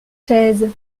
chaises